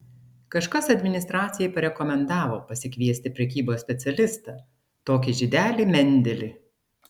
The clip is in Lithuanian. kažkas administracijai parekomendavo pasikviesti prekybos specialistą tokį žydelį mendelį